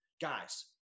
guys